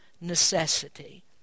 necessity